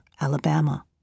Alabama